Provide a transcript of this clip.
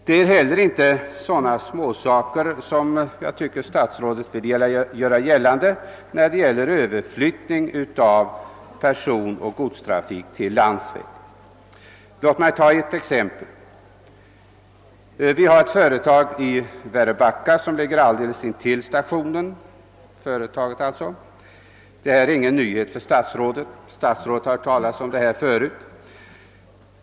Det är heller inte fråga om sådana småsaker som statsrådet vill göra gällande när det rör överflyttning av personoch godstrafiken till landsvägen. Låt mig ta ett exempel. Vi har i Väröbacka — jag har talat med statsrådet härom tidigare, varför det inte är någon nyhet för honom — ett företag som ligger alldeles intill stationen.